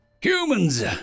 Humans